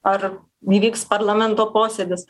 ar įvyks parlamento posėdis